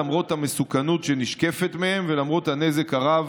למרות המסוכנות שנשקפת מהם ולמרות הנזק הרב